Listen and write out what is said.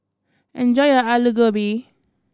enjoy your Alu Gobi